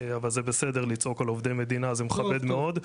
אבל זה בסדר לצעוק על עובדי מדינה, זה מכבד מאוד.